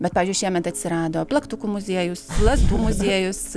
bet pavyzdžiui šiemet atsirado plaktukų muziejus lazdų muziejus